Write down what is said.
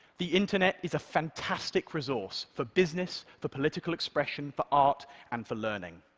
the internet is a fantastic resource for business, for political expression, for art and for learning.